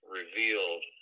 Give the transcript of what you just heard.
revealed